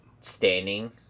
standing